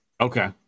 Okay